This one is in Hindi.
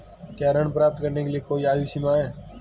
क्या ऋण प्राप्त करने के लिए कोई आयु सीमा है?